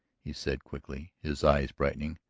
he said quickly, his eyes brightening.